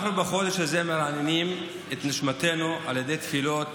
אנחנו בחודש הזה מרעננים את נשמתנו על ידי תפילות,